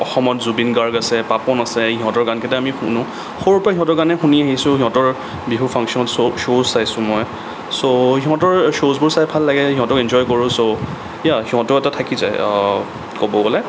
অসমত জুবিন গাৰ্গ আছে পাপন আছে ইহঁতৰ গানকেইটাই আমি শুনোঁ সৰুৰে পৰা সিহঁতৰ গানেই শুনি আহিছোঁ সিহঁতৰ বিহু ফাংচন শ্ব' শ্ব'ও চাইছোঁ মই চ' সিহঁতৰ শ্ব'জবোৰ চাই ভাল লাগে সিহঁতক এনজয় কৰোঁ চ' হয় সিহঁতো এটা থাকি যায় ক'ব গ'লে